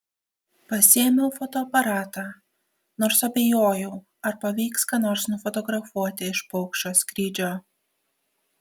pasiėmiau fotoaparatą nors abejojau ar pavyks ką nors nufotografuoti iš paukščio skrydžio